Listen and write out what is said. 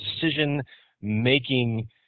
decision-making